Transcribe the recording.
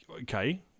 okay